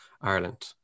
Ireland